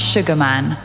Sugarman